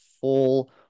full